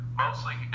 mostly